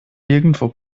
nirgendwo